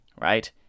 right